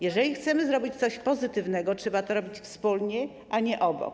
Jeżeli chcemy zrobić coś pozytywnego, trzeba to robić wspólnie, a nie obok.